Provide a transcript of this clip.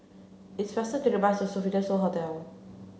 it is faster to take the bus to Sofitel So Hotel